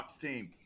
team